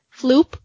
Floop